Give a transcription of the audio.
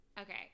Okay